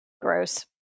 Gross